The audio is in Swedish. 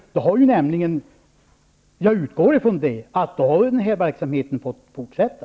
Jag utgår från att verksamheten i så fall skulle ha fått fortsätta.